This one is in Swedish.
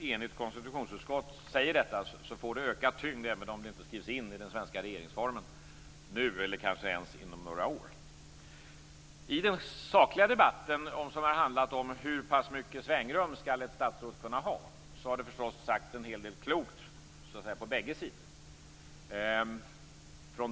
enigt konstitutionsutskott säger detta får det ökad tyngd, även om det inte skrivs in i den svenska regeringsformen nu eller kanske ens inom några år. I den sakliga debatten, som har handlat om hur pass mycket svängrum ett statsråd skall kunna ha, har det förstås sagts en hel del klokt på bägge sidor.